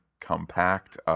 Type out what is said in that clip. compact